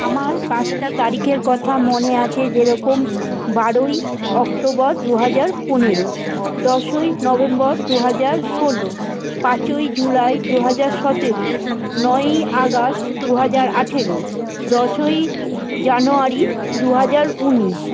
আমার পাঁচটা তারিখের কথা মনে আছে যে রকম বারোই অক্টোবর দুহাজার পনেরো দশই নভেম্বর দুহাজার ষোলো পাঁচই জুলাই দুহাজার সতেরো নয়ই আগস্ট দুহাজার আঠারো দশই জানুয়ারি দুহাজার উনিশ